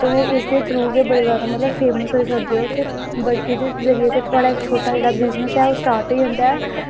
ते तुस इक दे थ्रू गै मतलब कि बड़े फेमस होई सकदे ओ ते बड़े एह्दे जरिये गै थोआढ़ा जेह्ड़ा ऐ बिज़नस स्टार्ट होई जंदा ऐ